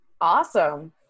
awesome